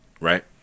Right